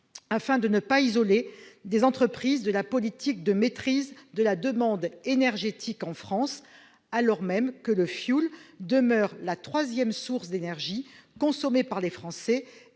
afin de ne pas isoler des entreprises de la politique de maîtrise de la demande énergétique en France, alors même que le fioul demeure la troisième source d'énergie consommée par les Français